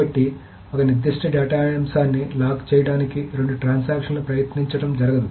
కాబట్టి ఒక నిర్దిష్ట డేటా అంశాన్ని లాక్ చేయడానికి రెండు ట్రాన్సాక్షన్లు ప్రయత్నించడం జరగదు